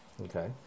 Okay